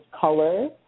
color